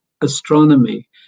astronomy